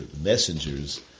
messengers